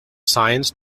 science